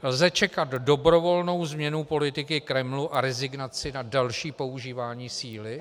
Lze čekat dobrovolnou změnu politiky Kremlu a rezignaci na další používání síly?